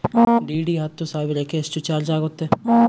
DD ಹತ್ತು ಸಾವಿರಕ್ಕೆ ಎಷ್ಟು ಚಾಜ್೯ ಆಗತ್ತೆ?